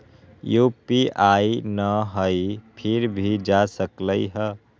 UPI न हई फिर भी जा सकलई ह?